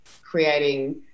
creating